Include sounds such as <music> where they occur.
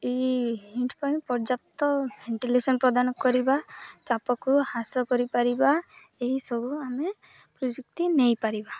ଏଇ <unintelligible> ପାଇଁ ପର୍ଯ୍ୟାପ୍ତ ଭେଣ୍ଟିଲେସନ୍ ପ୍ରଦାନ କରିବା ଚାପକୁ ହାସ କରିପାରିବା ଏହିସବୁ ଆମେ ପ୍ରଯୁକ୍ତି ନେଇପାରିବା